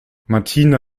martina